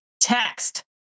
text